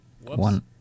One